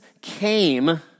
came